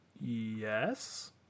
Yes